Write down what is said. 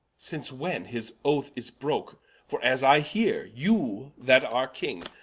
since when, his oath is broke for as i heare, you that are king,